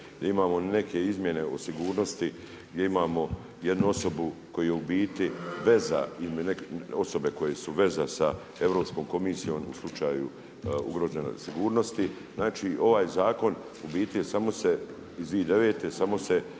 da imamo neke izmjene o sigurnosti gdje imamo jednu osobu koja je u bit veza ili neke osobe koje su veza sa Europskom komisijom u slučaju ugroze sigurnosti. Znači ovaj zakon u biti samo se, iz 2009. samo se